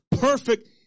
perfect